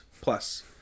Plus